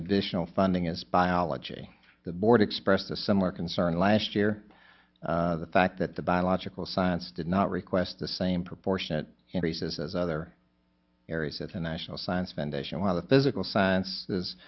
additional funding as biology the board expressed a similar concern last year the fact that the biological science did not request the same proportion it increases as other areas at a national science foundation while the physical sciences